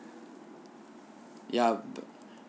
yup